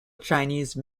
chinese